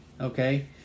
Okay